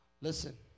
Listen